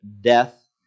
death